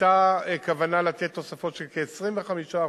היתה כוונה לתת תוספות של כ-25%